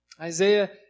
Isaiah